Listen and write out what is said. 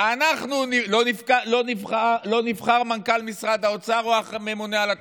לא נבחר מנכ"ל משרד האוצר או הממונה על התקציבים,